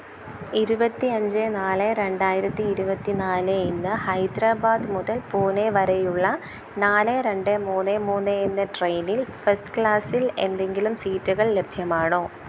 ഇരുപത്തി അഞ്ച് നാല് രണ്ടായിരത്തി ഇരുപത്തി നാല് ഇന്ന് ഹൈദരാബാദ് മുതൽ പൂനെ വരെയുള്ള നാല് രണ്ട് മുന്ന് മൂന്ന് എന്ന ട്രെയിനിൽ ഫസ്റ്റ് ക്ലാസിൽ എന്തെങ്കിലും സീറ്റുകൾ ലഭ്യമാണോ